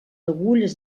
agulles